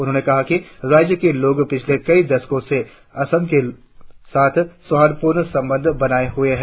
उन्होंने कहा कि राज्य के लोग पिछले कई दशकों से असम के साथ सौहार्दपूर्ण संबंध बनाए हुए है